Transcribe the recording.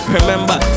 Remember